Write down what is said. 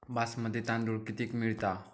बासमती तांदूळ कितीक मिळता?